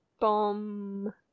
Bomb